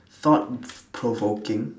thought provoking